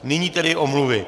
Nyní tedy omluvy.